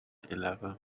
eleventh